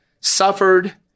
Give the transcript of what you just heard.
suffered